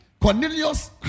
Cornelius